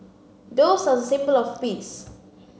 doves are the symbol of peace